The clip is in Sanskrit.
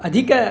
अधिक